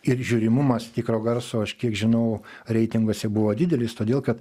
ir žiūrimumas tikro garso aš kiek žinau reitinguose buvo didelis todėl kad